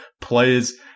players